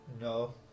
No